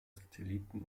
satelliten